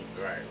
right